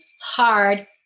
hard